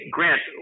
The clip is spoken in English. Grant